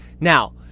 Now